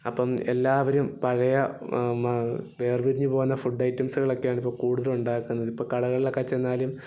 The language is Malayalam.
അപ്പം എല്ലാവരും പഴയ വേർതിരിഞ്ഞു പോകുന്ന ഫുഡ് ഐറ്റംസുകളൊക്കെ ആണ് ഇപ്പോൾ കൂടുതൽ ഉണ്ടാക്കുന്നത് ഇപ്പോൾ കടകളിലൊക്കെ ചെന്നാലും